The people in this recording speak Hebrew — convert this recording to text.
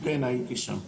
כן, הייתי שם.